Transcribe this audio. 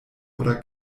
oder